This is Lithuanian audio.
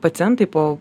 pacientai po